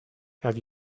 have